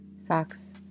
Socks